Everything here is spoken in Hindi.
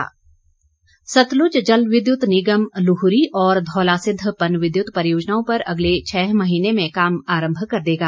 एसजेवीएन सतलुज जल विद्युत निगम लूहरी और धौलासिद्ध पनविद्युत परियोजनाओं पर अगले छः महीने में काम आरंभ कर देगा